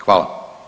Hvala.